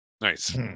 Nice